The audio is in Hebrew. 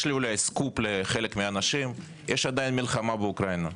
יש עדיין מלחמה באוקראינה,